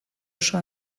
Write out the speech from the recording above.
oso